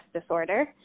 disorder